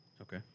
Okay